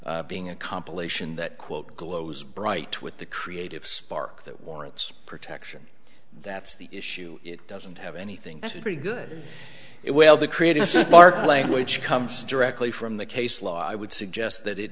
d being a compilation that quote glows bright with the creative spark that warrants protection that's the issue it doesn't have anything that's a pretty good it will be created a market language comes directly from the case law i would suggest that it